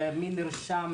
מי נרשם,